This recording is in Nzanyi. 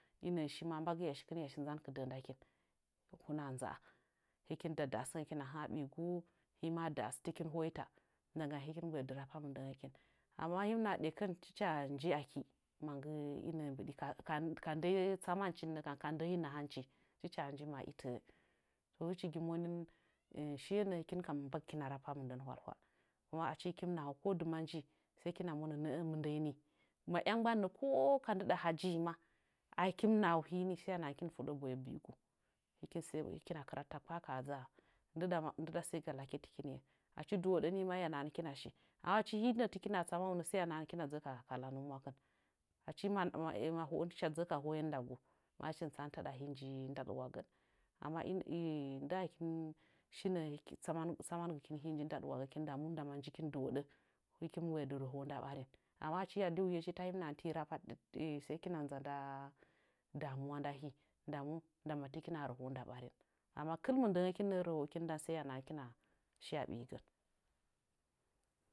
L nə'ə shi maa mbagɨya shikɨn hiya nzan hɨkina shi hɨkin da'as ɓiyigu hɨkina nza'a tɨkin hoita ndama hɨkim mɨ mgbəə dɨ rapa mɨndəngəkin. Amma hii mɨ naha ɗəkən, ticha nji akii ka sə tsamanchi, ka ndənyi nahanchi tɨchi waa nji akii. Hɨchi nii monin shiye nə'ə kam mbagɨkina rapa mɨndən hwalhwal. Achi hɨkin mɨ nahau ko dɨma nji, sai hɨkina monə mɨndəə nə'ə mɨndənyi wi. ko ka ndɨɗa ha jii maa, a hɨkin mɨ nahau, sai hiya nahan hɨkin mɨ fuɗɗə boye biigu. Hɨkina kɨnadɨta kpa ka haa dzaa ndɨɗa sai ga lakitɨkinye. Achi dɨnoɗə ii maa hiya nahan hɨkina shi. Achi tɨkina tsamau, sai hiya nhan hikina dzəə ka hoyen ma hɨchi mɨ tsaman taɗa hii nji ndaɗuwagən. Amma ndɨɗangəkin shi nə'ə tsamangɨkin hii nji nda ɗuwagəkin, ndamu ndama dɨwuɗə, hɨkin mɨ mgbə'ə dɨ mɨ rəho'ə nda ɓarin. Amma achi hii a di wuyechi sai hiya nahan tii rapatɨkin hɨkina nza nda damuwa nda hii. Nda mu? Ndama tɨkin waa rəho'ə nda ɓari amma kɨl mɨndəngəkin nə'ə rəho'əkin ndan sai hiya nahan hɨkina shi a ɓiyigən.